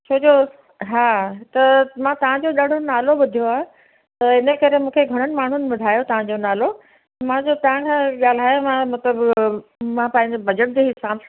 छो जो हा त मां तव्हांजो ॾाढो नालो ॿुधियो आहे त हिन करे मूंखे घणनि माण्हुनि ॿुधायो तव्हांजो नालो मां जो तव्हां खां ॻाल्हायो मां त मां पंहिंजो बजट जे हिसाब सां